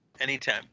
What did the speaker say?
Anytime